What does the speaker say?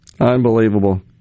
Unbelievable